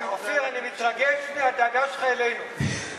אופיר, אני מתרגש מהדאגה שלך אלינו.